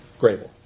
Grable